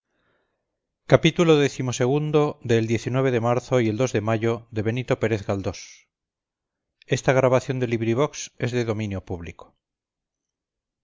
xxvi xxvii xxviii xxix xxx el de marzo y el de mayo de benito pérez